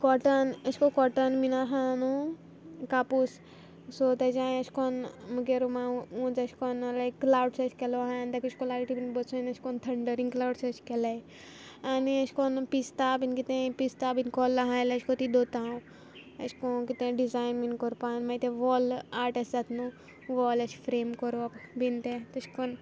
cotton एशेंको cotton बीन आहा न्हू कापूस सो तेजें एशें कोन्न म्हुगे रुमा एशें कोन्न लायक क्वावड्स एशे केलो आसा तेका एशें को लायटी बीन बसोवन एशें कोन थंडरींग क्वाव्ड एशें केल्याय आनी एशें कोन्न पिस्ता बीन कितें पिस्ता बीन कोल्लां आसल्याय ती दोत्ता हांव एशेको कितेंय डिजायन बीन कोरपा आनी ते व्हॉल आर्ट एशें जाता न्हू व्हॉल एशें फ्रेम कोरोप बीन ते तेशें कोन्न